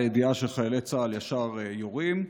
הידיעה שחיילי צה"ל ישר יורים.